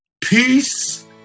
Peace